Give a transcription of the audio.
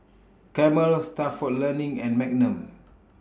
Camel Stalford Learning and Magnum